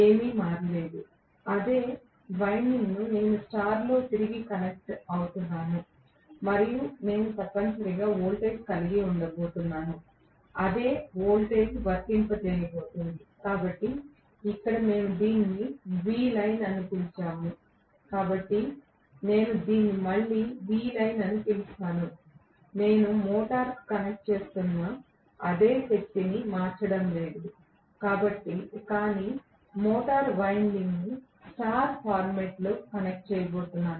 ఏమీ మారలేదు అదే వైండింగ్ నేను స్టార్ లో తిరిగి కనెక్ట్ అవుతున్నాను మరియు నేను తప్పనిసరిగా వోల్టేజ్ కలిగి ఉండబోతున్నాను అదే వోల్టేజ్ వర్తించబోతోంది కాబట్టి ఇక్కడ మేము దీనిని Vline అని పిలిచాము కాబట్టి నేను దీన్ని మళ్ళీ Vline అని పిలుస్తాను నేను మోటారుకు కనెక్ట్ చేస్తున్న అదే శక్తిని నేను మార్చడం లేదు కాని మోటారు వైండింగ్ను స్టార్ ఫార్మాట్లో కనెక్ట్ చేయబోతున్నాను